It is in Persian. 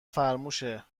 فرموشه